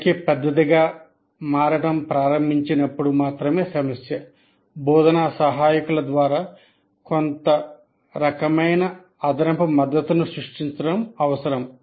సంఖ్య పెద్దదిగా మారడం ప్రారంభించినప్పుడు మాత్రమే సమస్య బోధనా సహాయకుల ద్వారా కొంత రకమైన అదనపు మద్దతును సృష్టించడం అవసరం